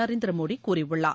நரேந்திர மோடி கூறியுள்ளார்